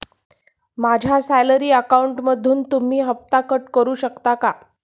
माझ्या सॅलरी अकाउंटमधून तुम्ही हफ्ता कट करू शकता का?